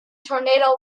tornado